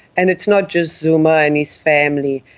and it's not just zuma and his family,